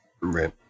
Right